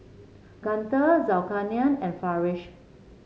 Guntur Zulkarnain and Farish